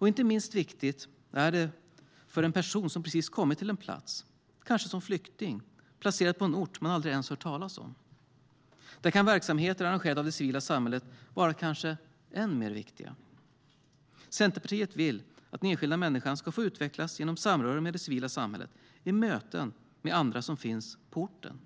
Inte minst viktigt är detta för en person som precis har kommit till en plats - kanske som flykting placerad på en ort man aldrig ens har hört talas om. Där kan verksamheter arrangerade av det civila samhället kanske vara än mer viktiga. Centerpartiet vill att den enskilda människan ska få utvecklas genom samröre med det civila samhället och i möten med andra som finns på orten.